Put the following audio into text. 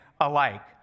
alike